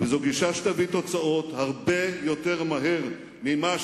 וזו גישה שתביא תוצאות הרבה יותר מהר מכפי